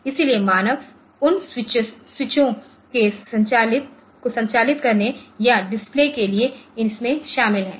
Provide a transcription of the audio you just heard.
इसलिए मानव उन स्विचों को संचालित करने या डिस्प्ले के लिए इसमें शामिल हैं